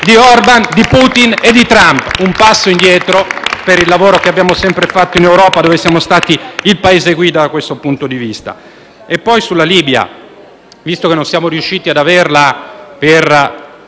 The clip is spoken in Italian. Si tratta di un passo indietro per il lavoro che abbiamo sempre fatto in Europa, dove siamo stati il Paese guida da questo punto di vista. Rispetto alla Libia, non siamo riusciti ad averla per